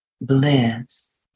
bliss